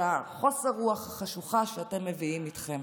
חוסר הרוח החשוכה שאתם מביאים איתכם,